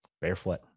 barefoot